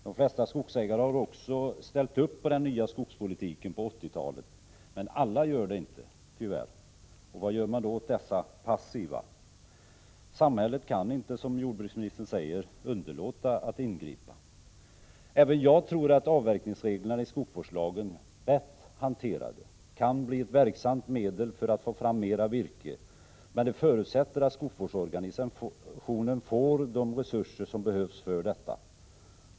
De flesta skogsägare har också godkänt den nya skogspolitiken på 1980-talet, men alla gör det tyvärr inte. Vad gör man då åt dessa passiva skogsägare? Samhället kan inte, som jordbruksministern säger, underlåta att ingripa. Även jag tror att avverkningsreglerna i skogsvårdslagen, rätt hanterade, kan bli ett verksamt medel för att få fram mera virke, men det förutsätter att skogsvårdsorganisationen får de resurser som behövs för detta.